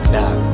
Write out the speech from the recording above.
now